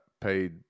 paid